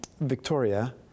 Victoria